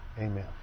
Amen